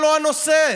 הנושא.